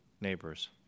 neighbors